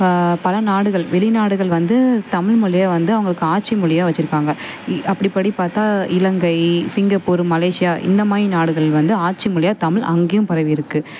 பல நாடுகள் வெளிநாடுகள் வந்து தமிழ் மொழிய வந்து அவங்களுக்கு ஆட்சி மொழியா வச்சுருக்காங்க இ அப்படி படி பார்த்தா இலங்கை சிங்கப்பூர் மலேசியா இந்த மாதிரி நாடுகள் வந்து ஆட்சி மொழியா தமிழ் அங்கேயும் பரவியிருக்கு